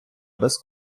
без